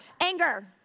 Anger